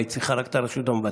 מה, היא צריכה רק את הרשות המבצעת?